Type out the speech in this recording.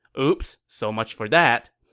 oops. so much for that.